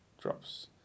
drops